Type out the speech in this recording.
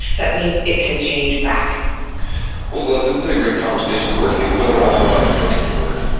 that means it can change back well, celeste, this has been a great conversation. where can people go to learn more about the book and your work?